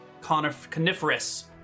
coniferous